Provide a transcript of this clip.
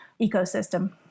ecosystem